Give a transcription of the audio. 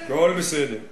הכול בסדר.